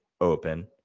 open